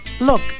look